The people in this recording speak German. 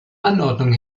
anordnung